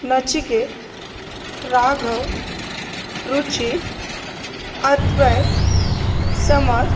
Nachiket Raghav Ruchi Advait समर